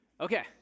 okay